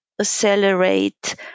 accelerate